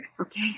Okay